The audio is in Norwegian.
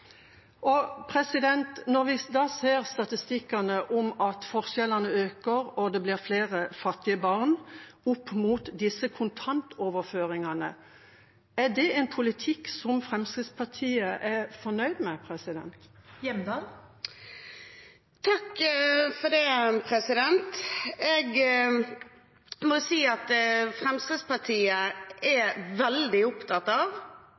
Når vi da ser statistikkene med at forskjellene øker og det blir flere fattige barn opp mot disse kontantoverføringene, er det en politikk som Fremskrittspartiet er fornøyd med? Fremskrittspartiet er veldig opptatt av det aller, aller viktigste grepet for å komme ut av